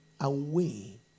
away